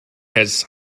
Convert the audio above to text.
has